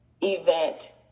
event